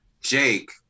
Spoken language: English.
jake